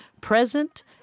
present